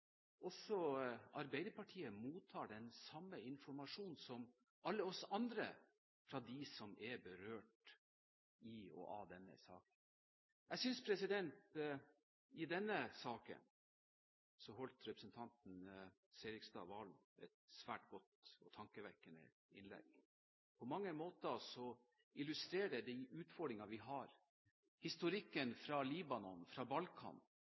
også Arbeiderpartiet mottar den samme informasjonen som alle oss andre, fra dem som er berørt av denne saken. Jeg synes representanten Serigstad Valen holdt et svært godt og tankevekkende innlegg i denne saken. Det illustrerte på mange måter den utfordringen vi har. Historikken fra Libanon og Balkan